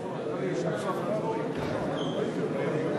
מדרישות אשרה למחזיקים בדרכוני שירות או בדרכונים לאומיים של